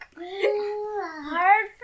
hard